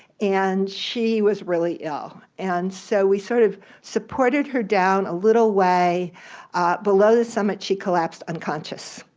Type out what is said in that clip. and she was really ill, and so we sort of supported her down a little way below the summit, she collapsed unconscious.